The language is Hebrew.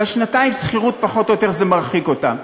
ושנתיים שכירות פחות או יותר, זה מרחיק אותם,